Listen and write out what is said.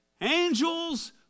angels